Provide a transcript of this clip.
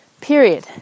period